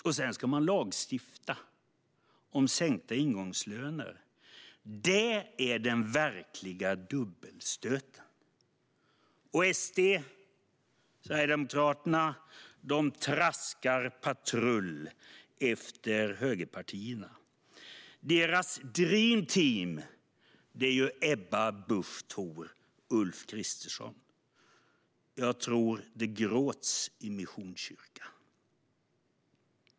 Dessutom vill de lagstifta om sänkta ingångslöner. Det är den verkliga dubbelstöten. Sverigedemokraterna traskar patrull efter högerpartierna. Deras dreamteam är Ebba Busch Thor och Ulf Kristersson. Jag tror att det gråts i Missionskyrkan.